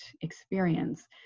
experience